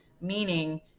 meaning